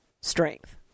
strength